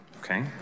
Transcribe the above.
Okay